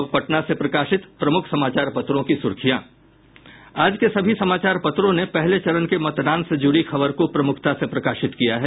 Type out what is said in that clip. अब पटना से प्रकाशित प्रमुख समाचार पत्रों की सुर्खियां आज के सभी समाचार पत्रों ने पहले चरण के मतदान से जूड़ी खबर को प्रमुखता से प्रकाशित किया है